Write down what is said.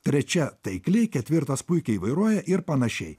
trečia taikli ketvirtas puikiai vairuoja ir panašiai